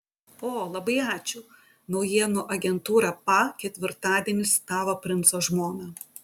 o labai ačiū naujienų agentūra pa ketvirtadienį citavo princo žmoną